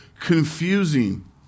confusing